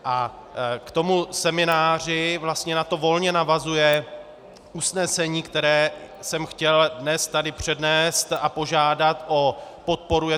K tomu semináři vlastně na to volně navazuje usnesení, které jsem chtěl dnes tady přednést a požádat o podporu.